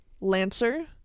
Lancer